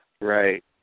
Right